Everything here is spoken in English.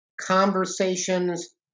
conversations